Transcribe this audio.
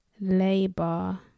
labor